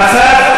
אדוני היושב-ראש,